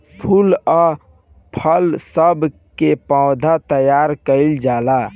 फूल आ फल सब के पौधा तैयार कइल जाला